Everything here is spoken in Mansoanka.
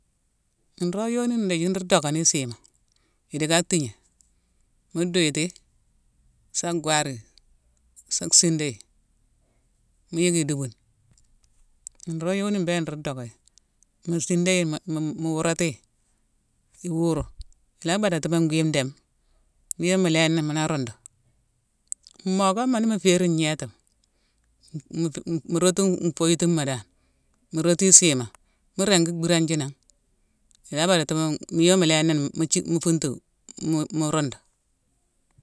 Noog yoni idithi nruu dockoni isiima, i dicka tigno: mu duiyetiyi, sa gwar yi, sa sinda yi. Mu yicki idubune. Nroog yoni mbéla nru docka yi. Mu sindayi-mu-mu wurati yi, iwuru, ila badatimo ngwi ndéme. Wima mu lééni mula rundu. Mmokama ni mu férine ngnétima. Mu-mu rotu-nfoyetima dan, mu rotu isima, mu ringi bhirane ji nan, ila badatimo-wima mulééni mu-mu-thick-mu funtu, mu-mu rundu.